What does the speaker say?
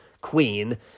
queen